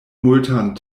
multan